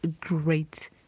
great